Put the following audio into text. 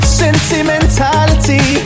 sentimentality